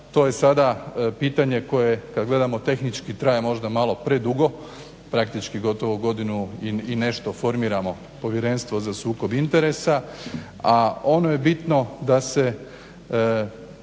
To je sada pitanje koje kad gledamo tehnički traje možda malo predugo, praktički gotovo godinu i nešto formiramo Povjerenstvo za sukob interesa, a ono je bitno da se